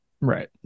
Right